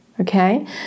Okay